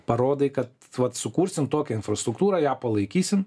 parodai kad vat sukursim tokią infrastruktūrą ją palaikysim